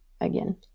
again